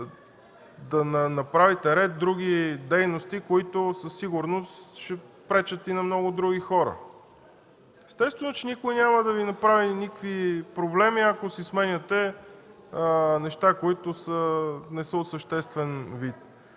да направите ред други дейности, които със сигурност ще пречат и на много други хора?! (Реплики.) Естествено, че никой няма да Ви направи никакви проблеми, ако си сменяте неща, които не са от съществен вид,